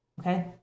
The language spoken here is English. Okay